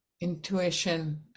intuition